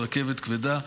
רכבת כבדה,